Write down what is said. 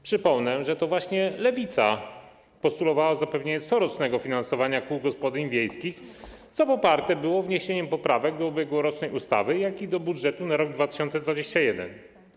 Przypomnę, że to właśnie Lewica postulowała zapewnienie corocznego finansowania kół gospodyń wiejskich, co poparte było wniesieniem poprawek do ubiegłorocznej ustawy, jak i do budżetu na rok 2021.